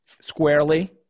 squarely